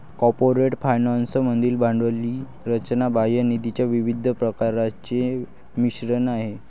corporate finance मधील भांडवली रचना बाह्य निधीच्या विविध प्रकारांचे मिश्रण आहे